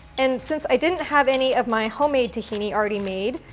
and since i didn't have any of my homemade tahini already made,